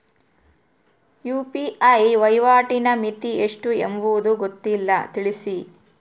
UPI ವಹಿವಾಟಿನ ಮಿತಿ ಎಷ್ಟು ಎಂಬುದು ಗೊತ್ತಿಲ್ಲ? ತಿಳಿಸಿ?